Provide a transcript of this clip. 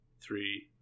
Three